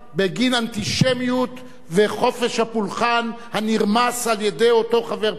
אנטישמיות וחופש הפולחן הנרמס על-ידי אותו חבר פרלמנט.